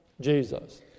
Jesus